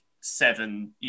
seven